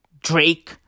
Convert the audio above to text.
Drake